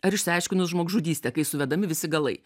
ar išsiaiškinus žmogžudystę kai suvedami visi galai